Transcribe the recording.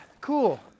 cool